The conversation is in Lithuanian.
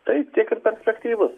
tai tiek ir perspektyvūs